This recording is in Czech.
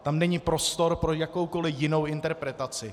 Tam není prostor pro jakoukoli jinou interpretaci.